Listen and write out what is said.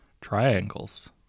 Triangles